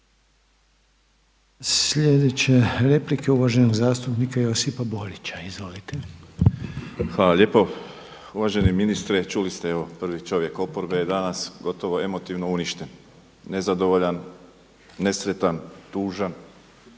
Sljedeća replika je uvaženog zastupnika Josipa Borića. Izvolite. **Borić, Josip (HDZ)** Hvala lijepo. Uvaženi ministre čuli ste, evo prvi čovjek oporbe je danas gotovo emotivno uništen, nezadovoljan, nesretan, tužan